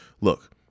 Look